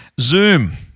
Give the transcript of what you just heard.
Zoom